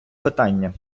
питання